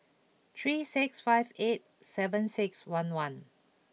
three six five eight seven six one one